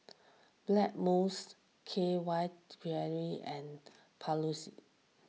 Blackmores K Y Jelly and Papulex